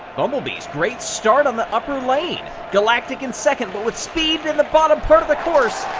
bumblebees, great start on the upper lane. galactic in second, but with speed in the bottom part of the course,